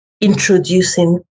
introducing